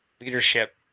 leadership